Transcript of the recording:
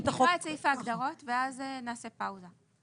נקרא את סעיף ההגדרות ואז נעשה פאוזה.